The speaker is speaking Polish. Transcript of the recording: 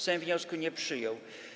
Sejm wniosku nie przyjął.